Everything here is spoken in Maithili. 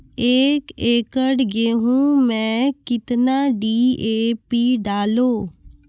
एक एकरऽ गेहूँ मैं कितना डी.ए.पी डालो?